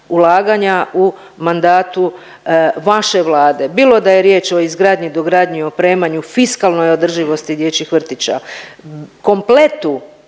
ulaganja u mandatu vaše Vlade, bilo da je riječ o izgradnji, dogradnji i opremanju, fiskalnoj održivosti dječjih vrtića, kompletu